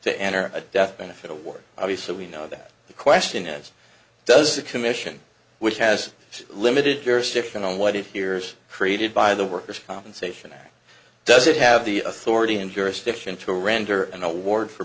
to enter a death benefit award obviously we know that the question is does the commission which has limited your stiffen on what it hears created by the workers compensation act does it have the authority in jurisdiction to render an award for